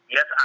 Yes